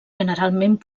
generalment